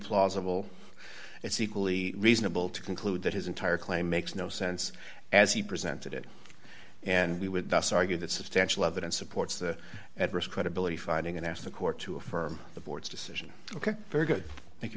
plausible it's equally reasonable to conclude that his entire claim makes no sense as he presented it and we would thus argue that substantial evidence supports the at risk credibility fighting and ask the court to affirm the board's decision ok very good thank you